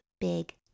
big